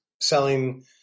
selling